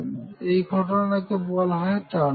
এই ঘটনাকে বলা হয় টানেলিং